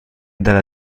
dalla